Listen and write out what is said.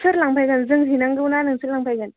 सोर लांफैगोन जों हैनांगौना नोंसोर लांफैगोन